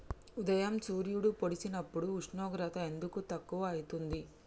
ఉదయం సూర్యుడు పొడిసినప్పుడు ఉష్ణోగ్రత ఎందుకు తక్కువ ఐతుంది?